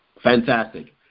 Fantastic